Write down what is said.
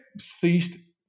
ceased